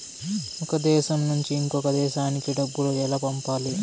ఒక దేశం నుంచి ఇంకొక దేశానికి డబ్బులు ఎలా పంపాలి?